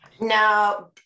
now